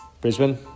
Brisbane